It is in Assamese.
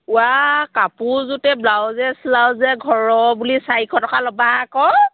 ওৱা কাপোৰ যোৰতে ব্লাউজে চ্লাউজে ঘৰৰ বুলি চাৰিশ টকা ল'বা আকৌ